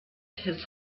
his